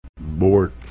board